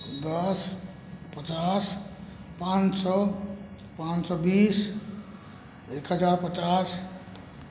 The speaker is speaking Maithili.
दश पचास पाँच सए पाँच सए बीस एक हजार पचास